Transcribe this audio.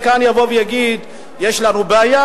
ויבוא כאן ויגיד: יש לנו בעיה,